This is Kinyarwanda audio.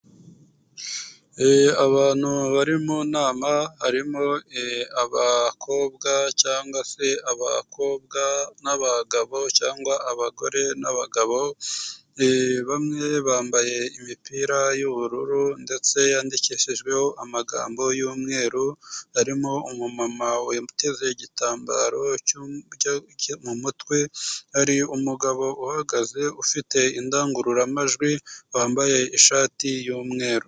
Abantu bari mu nama, harimo abakobwa cyangwa se abakobwa n'abagabo cyangwa abagore n'abagabo, bamwe bambaye imipira y'ubururu ndetse yandikishijweho amagambo y'umweru, harimo umumama witeze igitambaro cyo mu umutwe, hari umugabo uhagaze ufite indangururamajwi wambaye ishati y'umweru.